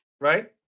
Right